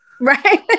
right